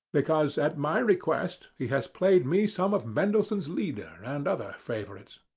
because at my request he has played me some of mendelssohn's lieder, and other favourites.